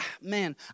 Man